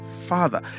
Father